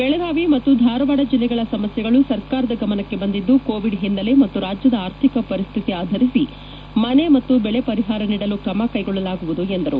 ಬೆಳಗಾವಿ ಮತ್ತು ಧಾರವಾಡ ಜಿಲ್ಲೆಗಳ ಸಮಸ್ಥೆಗಳು ಸರ್ಕಾರದ ಗಮನಕ್ಕೆ ಬಂದಿದ್ದು ಕೋವಿಡ್ ಹಿನ್ನೆಲೆ ಮತ್ತು ರಾಜ್ಯದ ಆರ್ಥಿಕ ಪರಿಸ್ವಿತಿ ಆಧರಿಸಿ ಮನೆ ಮತ್ತು ಬೆಳೆ ಪರಿಹಾರ ನೀಡಲು ಕ್ರಮ ಕೈಗೊಳ್ಳಲಾಗುವುದು ಎಂದರು